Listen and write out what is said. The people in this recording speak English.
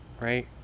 right